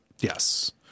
Yes